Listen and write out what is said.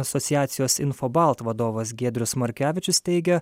asociacijos infobalt vadovas giedrius markevičius teigia